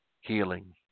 Healing